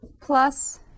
plus